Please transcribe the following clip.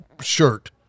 shirt